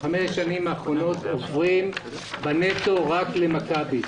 עוברות בנטו רק למכבי.